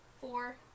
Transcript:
Four